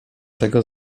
tego